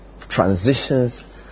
transitions